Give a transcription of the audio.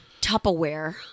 Tupperware